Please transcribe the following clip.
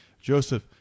Joseph